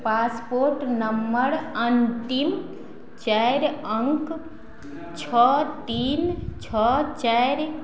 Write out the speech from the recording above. passport number अन्तिम चारि अङ्क छओ तीन छओ चारि